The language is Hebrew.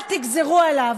אל תגזרו עליו,